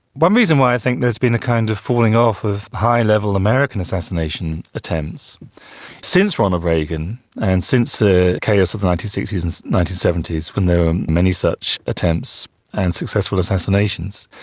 one reason why i think there's been a kind of falling off of high-level american assassination attempts since ronald reagan and since the ah chaos of the nineteen sixty s and nineteen seventy s when there were many such attempts and successful assassinations,